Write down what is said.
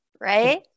right